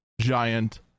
giant